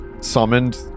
Summoned